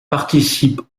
participe